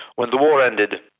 when the war ended,